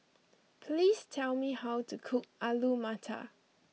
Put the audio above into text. please tell me how to cook Alu Matar